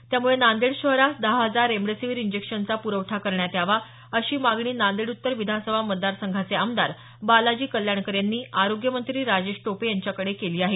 यामुळे नांदेड शहरास दहा हजार रेमडेसीवीर इंजेक्शनचा प्रवठा करण्यात यावा अशी मागणी नांदेड उत्तर विधानसभा मतदारसंघाचे आमदार बालाजी कल्याणकर यांनी आरोग्यमंत्री राजेश टोपे यांच्याकडे केली आहे